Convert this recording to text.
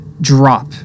drop